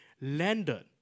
landed